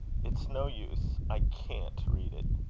it's no use i can't read it.